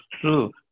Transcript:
true